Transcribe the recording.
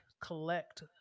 collect